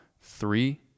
three